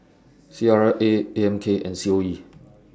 C R A A M K and C O E